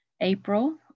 April